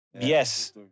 Yes